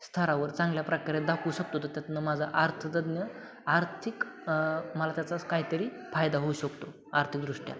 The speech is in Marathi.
स्तरावर चांगल्या प्रकारे दाखवू शकतो तर त्यातून माझा आर्थतज्ञ आर्थिक मला त्याचा काहीतरी फायदा होऊ शकतो आर्थिकदृष्ट्यात